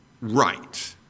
right